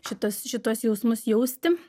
šituos šituos jausmus jausti